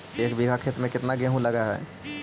एक बिघा खेत में केतना गेहूं लग है?